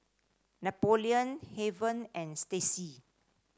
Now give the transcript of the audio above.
Napoleon Heaven and Stacy